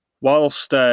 whilst